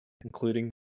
Including